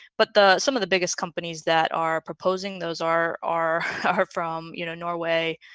but the some of the biggest companies that are proposing those are are are from you know, norway,